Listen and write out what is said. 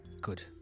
Good